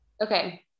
Okay